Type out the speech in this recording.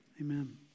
amen